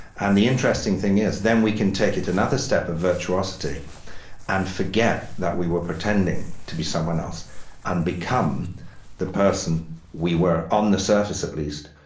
and the interesting thing is then we can take it another step of virtuosity and forget that we were pretending to be someone else and become the person we were on the surface at least,